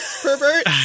pervert